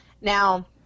Now